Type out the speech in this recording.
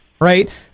right